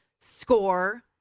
score